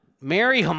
Mary